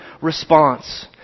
response